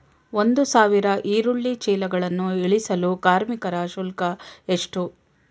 ಒಂದು ಸಾವಿರ ಈರುಳ್ಳಿ ಚೀಲಗಳನ್ನು ಇಳಿಸಲು ಕಾರ್ಮಿಕರ ಶುಲ್ಕ ಎಷ್ಟು?